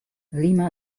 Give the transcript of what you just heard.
lima